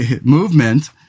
movement